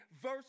verse